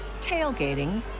tailgating